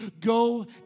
Go